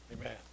Amen